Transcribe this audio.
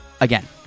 again